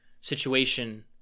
situation